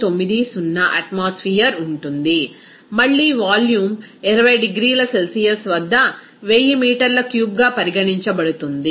790 atmosphere ఉంటుంది మళ్లీ volume 20 డిగ్రీల సెల్సియస్ వద్ద 1000 మీటర్ల క్యూబ్గా పరిగణించబడుతుంది